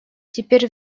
теперь